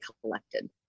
collected